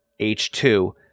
h2